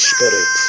Spirit